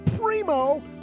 primo